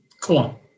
Cool